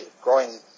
growing